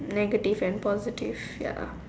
negative and positive ya